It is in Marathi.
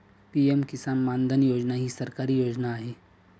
पी.एम किसान मानधन योजना ही सरकारी योजना आहे